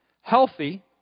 healthy